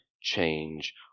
change